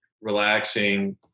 relaxing